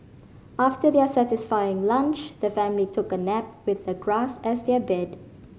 after their satisfying lunch the family took a nap with the grass as their bed